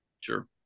Sure